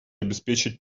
обеспечить